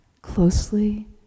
closely